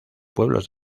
pueblos